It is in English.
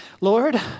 Lord